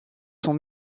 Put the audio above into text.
son